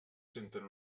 senten